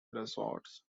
resorts